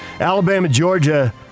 Alabama-Georgia